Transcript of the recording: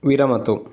विरमतु